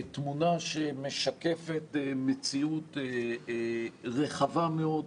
תמונה שמשקפת מציאות רחבה מאוד,